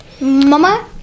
mama